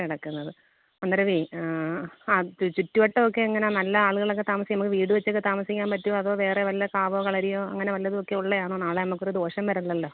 കിടക്കുന്നത് അന്നേരമേ ആ ചുറ്റുവട്ടം ഒക്കെ എങ്ങനെയാണ് നല്ല ആളുകളൊക്കെ താമസം നമുക്ക് വീട് വെച്ചൊക്കെ താമസിക്കാൻ പറ്റുമോ അതോ വേറെ വല്ല കാവോ കളരിയോ അങ്ങനെ വല്ലതുമൊക്കെ ഉള്ളതാണോ നാളെ നമുക്കൊരു ദോഷം വരേണ്ടല്ലോ